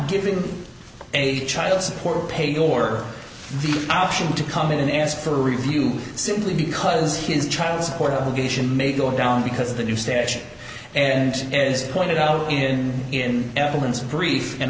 giving a child support paid or the option to come in and ask for a review simply because his child support obligations may go down because of the new statute and it is pointed out in in evidence brief and